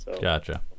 Gotcha